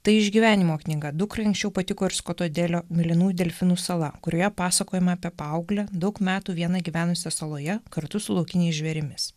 tai išgyvenimo knyga dukrai anksčiau patiko ir skoto delio mėlynųjų delfinų sala kurioje pasakojama apie paauglę daug metų vieną gyvenusią saloje kartu su laukiniais žvėrimis